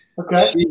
Okay